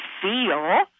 feel